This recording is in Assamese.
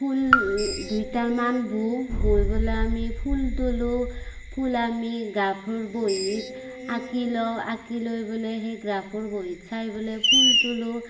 ফুল দুই তাল মান বো বুই পেলাই আমি ফুল তোলোঁ ফুল আমি গ্ৰাফৰ বহীত আঁকি লওঁ আঁকি লৈ পেলাই সেই গ্ৰাফৰ বহীত চাই পেলাই ফুল তোলোঁ